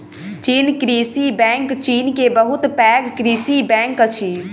चीन कृषि बैंक चीन के बहुत पैघ कृषि बैंक अछि